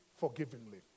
Forgivingly